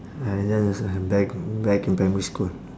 I just uh back back in primary school